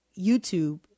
YouTube